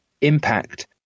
impact